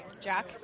Jack